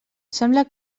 sembla